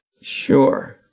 Sure